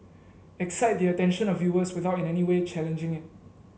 excite the attention of viewers without in any way challenging it